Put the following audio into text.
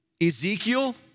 Ezekiel